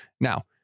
Now